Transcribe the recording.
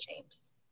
James